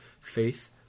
Faith